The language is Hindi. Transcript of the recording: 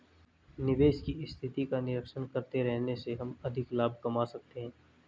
निवेश की स्थिति का निरीक्षण करते रहने से हम अधिक लाभ कमा सकते हैं